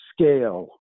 scale